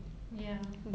ya